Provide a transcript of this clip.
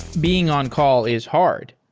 being on-call is hard,